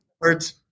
words